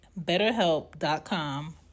betterhelp.com